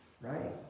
Right